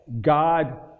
God